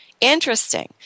Interesting